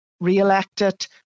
re-elected